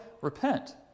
repent